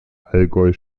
allgäu